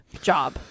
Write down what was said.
job